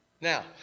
Now